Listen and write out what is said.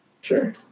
Sure